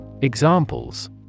Examples